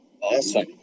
Awesome